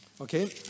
Okay